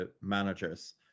managers